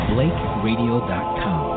BlakeRadio.com